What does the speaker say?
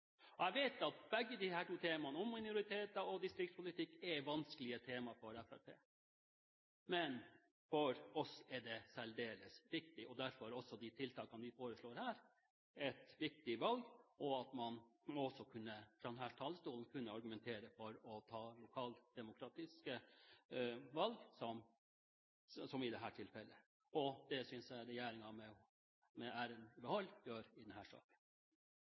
Jeg vet at begge disse to temaene – minoriteter og distriktspolitikk – er vanskelige temaer for Fremskrittspartiet, men for oss er de særdeles viktige. Derfor er de tiltakene som vi foreslår her, viktige, også at man fra denne talerstolen kan argumentere for å ta lokaldemokratiske valg, som i dette tilfellet. Det synes jeg regjeringen med æren i behold gjør i denne saken. Denne saken